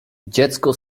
dziecko